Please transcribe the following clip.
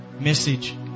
Message